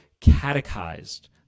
catechized